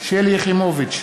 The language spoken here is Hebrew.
שלי יחימוביץ,